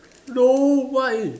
no why